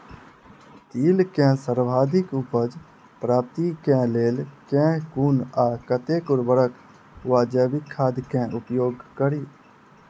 तिल केँ सर्वाधिक उपज प्राप्ति केँ लेल केँ कुन आ कतेक उर्वरक वा जैविक खाद केँ उपयोग करि?